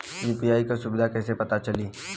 UPI क सुविधा कैसे पता चली?